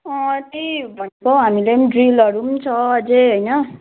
अँ त्यही भनेको हौ हामीले पनि ड्रिलहरू पनि छ अझै होइन